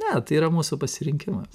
ne tai yra mūsų pasirinkimas